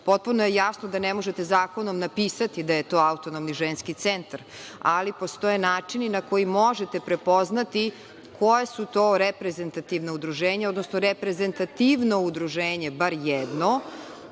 centar. Potpuno je jasno da ne možete zakonom napisati da je to Autonomni ženski centar, ali postoji načini na koji možete prepoznati koja su to reprezentativna udruženja, odnosno reprezentativno udruženje bar jedno.